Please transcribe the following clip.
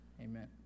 Amen